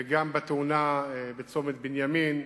וגם בתאונה בצומת בנימין,